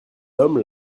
homme